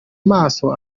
amaso